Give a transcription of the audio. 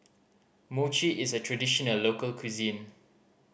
mochi is a traditional local cuisine